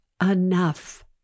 enough